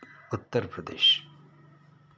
Uttar Pradesh